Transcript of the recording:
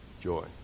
joy